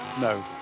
no